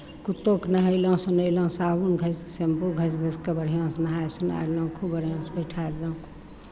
कुत्तोकेँ नहयलहुँ सुनयलहुँ साबुन घँसि शैम्पू घँसि घँसि कऽ बढ़िआँसँ नहाय सुनाय देलहुँ खूब बढ़िआँसँ बैठाय देलहुँ